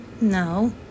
No